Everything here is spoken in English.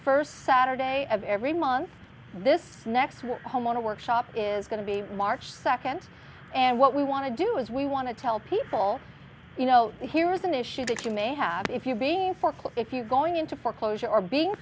first saturday of every month this next homeowner workshop is going to be march second and what we want to do is we want to tell people you know here's an issue that you may have if you're being foreclosed if you going into foreclosure or being